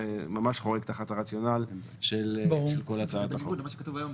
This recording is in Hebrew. זה ממש חורג תחת הרציונל של כל הצעת החוק.